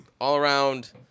all-around